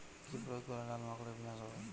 কি প্রয়োগ করলে লাল মাকড়ের বিনাশ হবে?